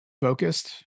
focused